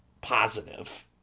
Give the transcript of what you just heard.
positive